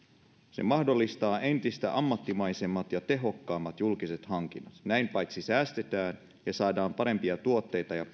se mahdollistaa entistä ammattimaisemmat ja tehokkaammat julkiset hankinnat näin paitsi säästetään ja saadaan parempia tuotteita ja